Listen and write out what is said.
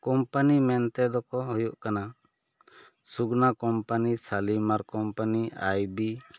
company ᱢᱮᱱ ᱛᱮ ᱫᱚ ᱠᱚ ᱦᱩᱭᱩᱜ ᱠᱟᱱᱟ ᱥᱩᱜᱽᱱᱟ ᱠᱚᱢᱯᱟᱱᱤ ᱥᱟᱞᱤᱢᱟᱨ ᱠᱚᱢᱯᱟᱱᱤ ᱟᱭ ᱵᱤ